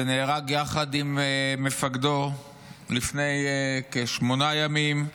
שנהרג יחד עם מפקדו לפני כשמונה ימים,